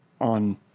on